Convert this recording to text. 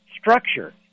structure